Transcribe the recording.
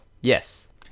Yes